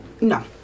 No